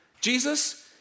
Jesus